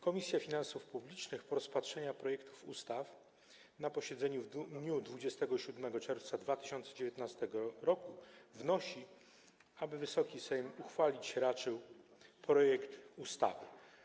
Komisja Finansów Publicznych po rozpatrzeniu projektów ustaw na posiedzeniu w dniu 27 czerwca 2019 r. wnosi, aby Wysoki Sejm uchwalić raczył projekt ustawy.